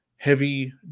heavy